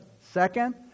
Second